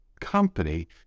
company